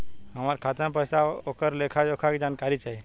हमार खाता में पैसा ओकर लेखा जोखा के जानकारी चाही?